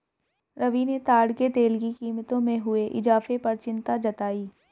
रवि ने ताड़ के तेल की कीमतों में हुए इजाफे पर चिंता जताई